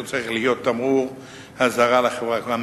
שצריך להיות תמרור אזהרה לחברה כולה.